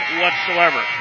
whatsoever